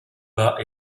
bas